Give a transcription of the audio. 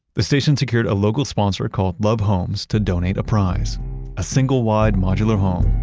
the station secured a local sponsor called love homes to donate a prize a single-wide modular home,